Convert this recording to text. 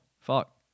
Fuck